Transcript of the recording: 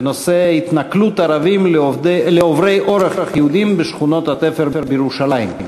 בנושא: התנכלות ערבים לעוברי אורח יהודים בשכונות התפר בירושלים.